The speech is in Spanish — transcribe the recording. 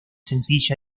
sencilla